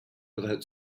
without